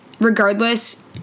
regardless